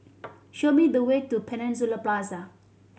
show me the way to Peninsula Plaza